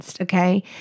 okay